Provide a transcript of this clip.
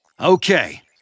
Okay